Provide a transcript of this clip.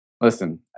listen